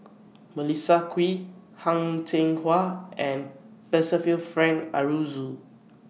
Melissa Kwee Heng Cheng Hwa and Percival Frank Aroozoo